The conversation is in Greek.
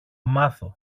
μάθω